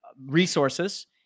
resources